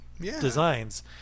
designs